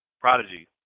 prodigy